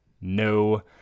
no